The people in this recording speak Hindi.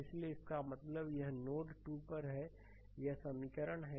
इसलिए इसका मतलब है यह नोड 2 पर है यह समीकरण है